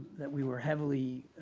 that we were heavily